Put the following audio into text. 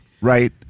Right